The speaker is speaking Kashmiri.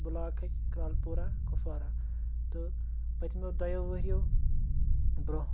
بُلاکٕچ کرٛالہٕ پورہ کُپوارہ تہٕ پٔتۍمیو دۄیو ؤرِیو برٛونٛہہ